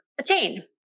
attain